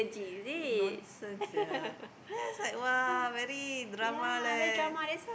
nonsense sia that's like !wah! very drama leh